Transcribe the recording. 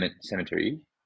cemetery